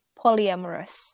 polyamorous